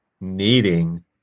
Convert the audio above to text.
needing